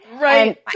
Right